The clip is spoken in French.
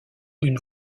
d’une